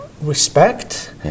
respect